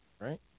right